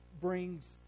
Brings